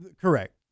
Correct